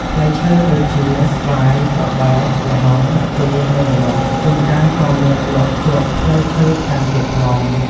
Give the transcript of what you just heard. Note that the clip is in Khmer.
ផ្លែឈើ ដូចជា ស្វាយ ត្របែក ល្ហុង ចេក និងម្នាស់។ ជួនកាលក៏មានលក់ជ្រក់ផ្លែឈើថែមទៀតផង។